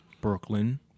Brooklyn